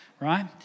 right